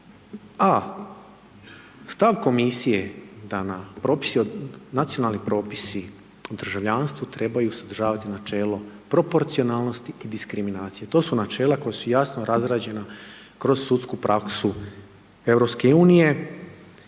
A stav komisije da nacionalni propisi u državljanstvu trebaju sadržati načelo proporcionalnosti i diskriminacije. To su načela koja su jasno razrađena kroz sudsku praksu EU